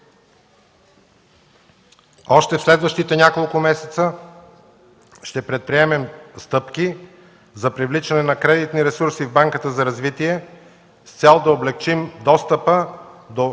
Още в следващите няколко месеца ще предприемем стъпки за привличане на кредитни ресурси в Банката за развитие с цел да облекчим достъпа до